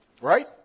Right